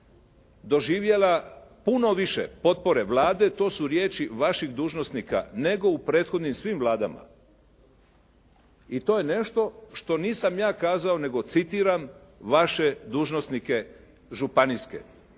doživjela puno više potpore Vlade. To su riječi vaših dužnosnika nego u prethodnim svim vladama. I to je nešto što nisam ja kazao nego citiram vaše dužnosnike županijske